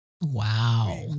Wow